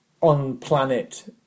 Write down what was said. on-planet